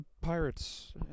Pirates